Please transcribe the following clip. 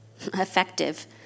effective